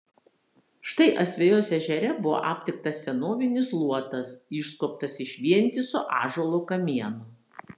štai asvejos ežere buvo aptiktas senovinis luotas išskobtas iš vientiso ąžuolo kamieno